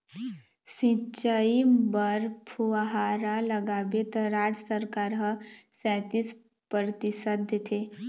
सिंचई बर फुहारा लगाबे त राज सरकार ह सैतीस परतिसत देथे